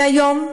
והיום,